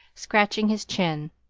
scratching his chin.